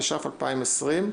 התש"ף -2020.